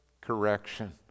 correction